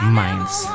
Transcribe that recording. minds